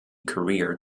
career